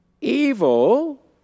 evil